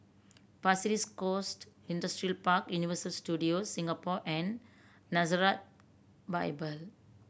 Pasir Ris Coast Industrial Park Universal Studios Singapore and Nazareth Bible